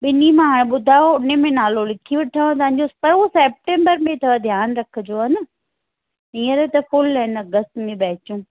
ॿिनि मां आहे ॿुधायो उनमें नालो लिखी वठाव तव्हांजो पर हो सैप्टेंबर में अथव ध्यानु रखिजो हा न हीअंर त फुल आहिनि अगस्त में बैचूं